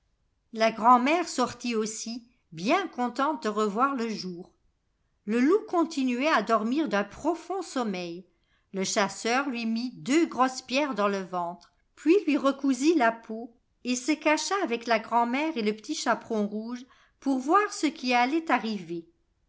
la grand'mère sortit aussi bien contente de revoir le jour le loup continuait à dormir d'un profond sommeil le chasseur lui mit deux grosses pierres dans le ventre puis lui recousit la peau et se cacha avec la grand'mère et le petit chaperon rouge pour voir ce qui allait arriver